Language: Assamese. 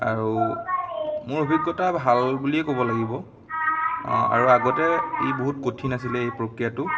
আৰু মোৰ অভিজ্ঞতা ভাল বুলিয়ে ক'ব লাগিব অঁ আৰু আগতে ই বহুত কঠিন আছিলে এই প্ৰক্ৰিয়াটো